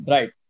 Right